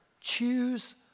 choose